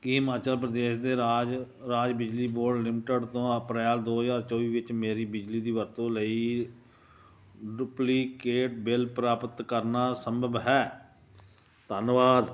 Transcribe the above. ਕੀ ਹਿਮਾਚਲ ਪ੍ਰਦੇਸ਼ ਦੇ ਰਾਜ ਰਾਜ ਬਿਜਲੀ ਬੋਰਡ ਲਿਮਟਿਡ ਤੋਂ ਅਪ੍ਰੈਲ ਦੋ ਹਜ਼ਾਰ ਚੌਵੀ ਵਿੱਚ ਮੇਰੀ ਬਿਜਲੀ ਦੀ ਵਰਤੋਂ ਲਈ ਡੁਪਲੀਕੇਟ ਬਿੱਲ ਪ੍ਰਾਪਤ ਕਰਨਾ ਸੰਭਵ ਹੈ ਧੰਨਵਾਦ